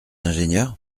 ingénieur